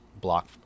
block